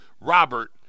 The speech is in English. Robert